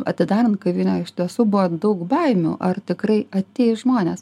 atidarant kavinę iš tiesų buvo daug baimių ar tikrai ateis žmonės